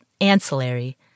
ancillary